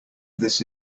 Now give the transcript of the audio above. this